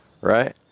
right